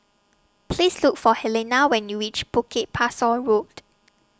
Please Look For Helena when YOU REACH Bukit Pasoh Road